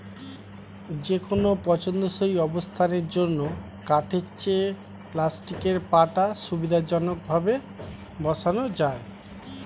যেকোনো পছন্দসই অবস্থানের জন্য কাঠের চেয়ে প্লাস্টিকের পাটা সুবিধাজনকভাবে বসানো যায়